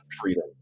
freedom